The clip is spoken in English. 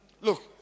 Look